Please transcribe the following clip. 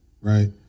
right